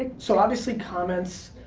ah so obviously comments,